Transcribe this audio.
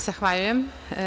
Zahvaljujem.